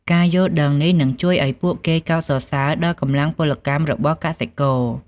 ការយល់ដឹងនេះនឹងជួយឱ្យពួកគេកោតសរសើរដល់កម្លាំងពលកម្មរបស់កសិករ។